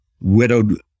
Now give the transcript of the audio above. widowed